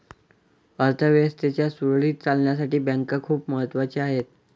अर्थ व्यवस्थेच्या सुरळीत चालण्यासाठी बँका खूप महत्वाच्या आहेत